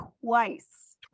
Twice